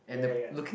ya ya ya